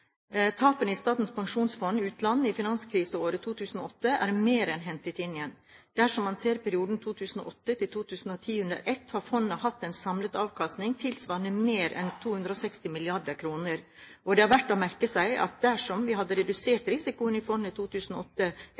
Tapene i Statens pensjonsfond utland i finanskriseåret 2008 er mer enn hentet inn igjen. Dersom man ser perioden 2008–2010 under ett, har fondet hatt en samlet avkastning tilsvarende mer enn 260 mrd. kr. Og det er verdt å merke seg at dersom vi hadde redusert risikoen i fondet i 2008